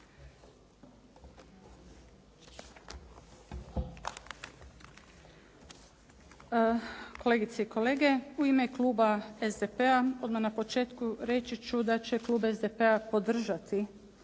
Kolegice i kolege, u ime kluba SDP-a, odmah na početku reći ću da će Klub SDP-a podržati